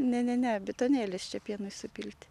ne ne ne bidonėlis čia pienui įsipilti